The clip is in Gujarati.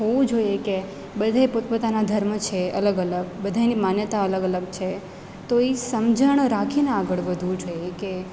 હોવું જોઈએ કે બધે પોતપોતાના ધર્મ છે અલગ અલગ બધાયની માન્યતા અલગ અલગ છે તો એ સમજણ રાખીને આગળ વધવું જોઈએ કે